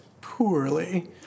poorly